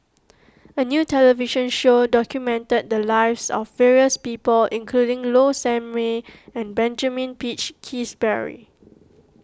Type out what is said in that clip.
a new television show documented the lives of various people including Low Sanmay and Benjamin Peach Keasberry